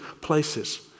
places